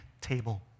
table